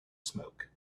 smoke